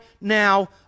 now